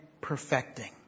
perfecting